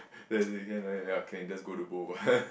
then I say can you just go to good one